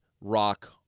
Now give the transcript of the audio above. Rock